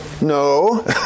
no